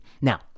Now